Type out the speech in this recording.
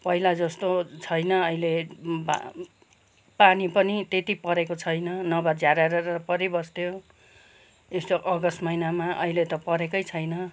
पहिला जस्तो छैन अहिले भए पानी पनि त्यति परेको छैन नभए झ्यारारारा परिबस्थ्यो यस्तो अगस्त महिनामा अहिले त परेकै छैन